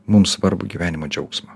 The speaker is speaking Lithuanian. mums svarbų gyvenimo džiaugsmą